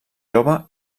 jove